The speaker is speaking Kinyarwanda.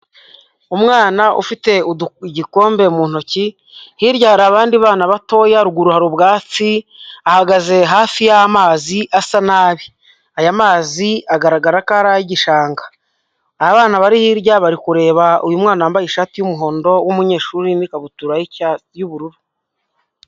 Umwana ufite igikombe mu ntoki, hirya hari abandi bana batoya, ruguru hari ubwatsi ahagaze hafi y'amazi asa nabi. Aya mazi agaragara ko ari ay'igishanga. Abana bari hirya bari kureba uyu mwana wambaye ishati y'umuhondo w'umunyeshuri n'ikabutura y'ubururu.